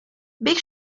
big